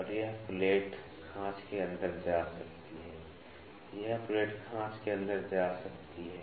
और यह प्लेट खाँच के अंदर जा सकती है यह प्लेट खाँच के अंदर जा सकती है